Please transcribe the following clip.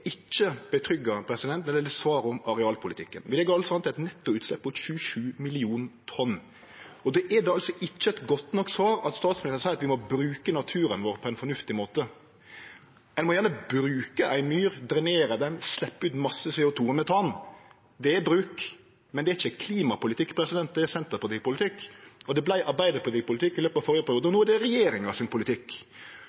Vi ligg an til eit nettoutslepp på 27 mill. tonn. Då er det altså ikkje eit godt nok svar at statsministeren seier at vi må bruke naturen vår på ein fornuftig måte. Ein må gjerne bruke ei myr, drenere ho og sleppe ut masse CO 2 og metan. Det er bruk, men det er ikkje klimapolitikk. Det er Senterparti-politikk, og det vart Arbeiderparti-politikk i løpet av førre periode, og